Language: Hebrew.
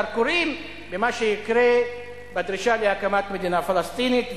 הזרקורים במה שיקרה בדרישה להקמת מדינה פלסטינית,